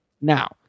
Now